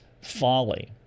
folly